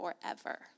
forever